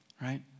Right